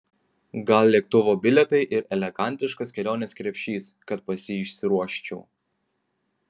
gal lėktuvo bilietai ir elegantiškas kelionės krepšys kad pas jį išsiruoščiau